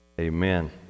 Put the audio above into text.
Amen